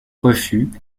refus